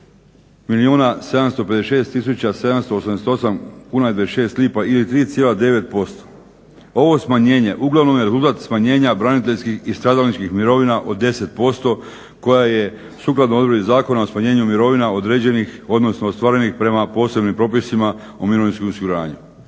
26 lipa ili 3,9%. Ovo smanjenje uglavnom je rezultat smanjenja braniteljskih i stradalničkih mirovina od 10% koja je sukladno odredbi Zakona o smanjenju mirovina određenih, odnosno ostvarenih prema posebnim propisima o mirovinskom osiguranju.